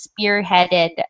spearheaded